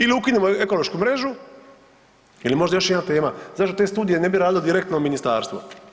Il ukinimo ekološku mrežu ili možda još jedna tema, zašto te studije ne bi radilo direktno ministarstvo?